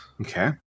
Okay